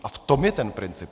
A v tom je ten princip.